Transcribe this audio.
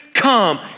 come